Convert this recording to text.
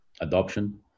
adoption